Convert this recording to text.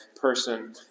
person